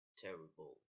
terrible